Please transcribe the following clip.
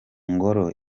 ngoro